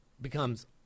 becomes